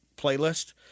playlist